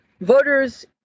Voters